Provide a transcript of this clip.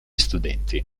studenti